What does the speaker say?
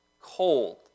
cold